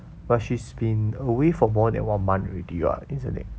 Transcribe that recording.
but she's been away for more than one month already [what] isn't it